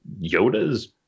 Yoda's